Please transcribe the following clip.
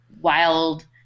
wild